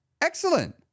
excellent